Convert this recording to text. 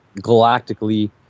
galactically